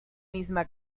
misma